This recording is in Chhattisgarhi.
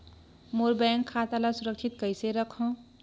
मोर बैंक खाता ला सुरक्षित कइसे रखव?